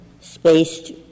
spaced